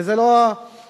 וזה לא סוד,